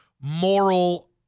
moral